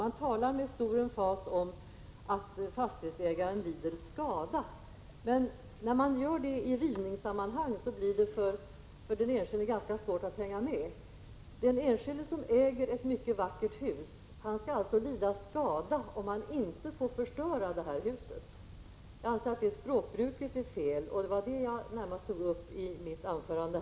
Man talar med stor emfas om att fastighetsägarna lider skada. Men när man gör det i rivningssammanhang, blir det för den enskilde ganska svårt att hänga med. Den enskilde som äger ett mycket vackert hus skall alltså lida skada om han inte får förstöra detta hus. Jag anser att det språkbruket är fel, och det var det jag närmast tog upp i mitt anförande.